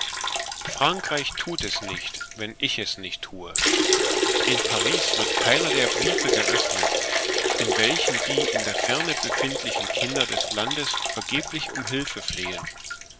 frankreich thut es nicht wenn ich es nicht thue in paris wird keiner der briefe geöffnet in welchen die in der ferne befindlichen kinder des landes vergeblich um hülfe flehen